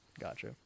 Gotcha